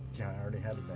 yeah, i already had